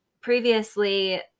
previously